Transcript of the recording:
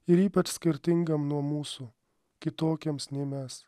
ir ypač skirtingam nuo mūsų kitokiems nei mes